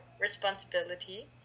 responsibility